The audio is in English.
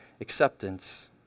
acceptance